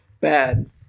Bad